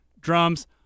drums